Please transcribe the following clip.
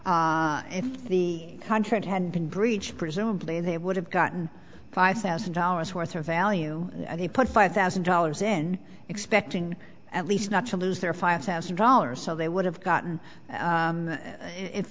much if the contract had been breached presumably they would have gotten five thousand dollars worth of value they put five thousand dollars in expecting at least not to lose their five thousand dollars so they would have gotten it if